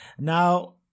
Now